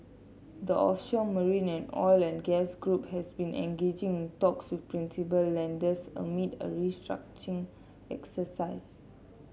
the offshore marine and oil and gas group has been engaging in talks with principal lenders amid a restructuring exercise